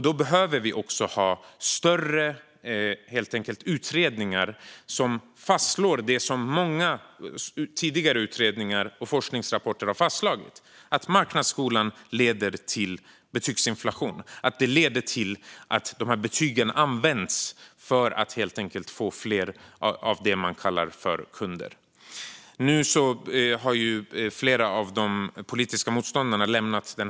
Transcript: Då behöver vi större utredningar som fastslår det som många tidigare utredningar och forskningsrapporter har fastslagit, nämligen att marknadsskolan leder till betygsinflation och till att betygen används för att få fler av det som man kallar kunder. Nu har flera av de politiska motståndarna lämnat salen.